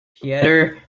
pieter